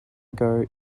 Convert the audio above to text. ago